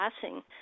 passing